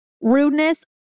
rudeness